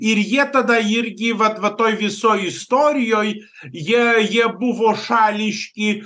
ir jie tada irgi vat va toj visoj istorijoj jie jie buvo šališki